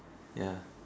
ya